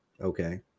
Okay